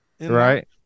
right